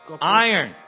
Iron